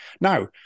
Now